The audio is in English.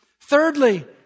Thirdly